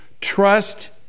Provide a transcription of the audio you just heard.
Trust